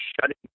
shutting